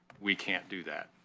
we can't do that.